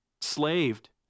slaved